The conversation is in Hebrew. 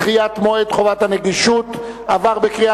(תיקון, דחיית מועד חובת הנגישות), התש"ע